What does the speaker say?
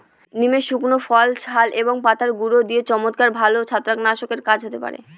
নিমের শুকনো ফল, ছাল এবং পাতার গুঁড়ো দিয়ে চমৎকার ভালো ছত্রাকনাশকের কাজ হতে পারে